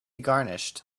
garnished